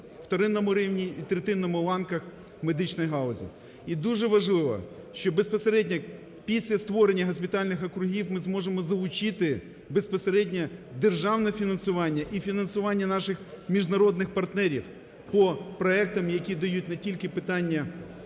вторинному рівні і третинному ланках в медичній галузі. І дуже важливо, що безпосередньо після створення госпітальних округів ми зможемо залучити безпосередньо державне фінансування і фінансування наших міжнародних партнерів по проектах, які дають не тільки питання будинків,